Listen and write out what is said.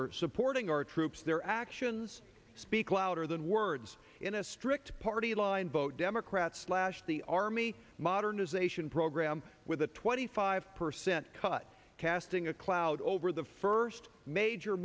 are supporting our troops their actions speak louder than words in a strict party line vote democrat slash the army modernization program with a twenty five percent cut casting a cloud over the first major